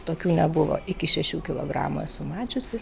tokių nebuvo iki šešių kilogramų esu mačiusi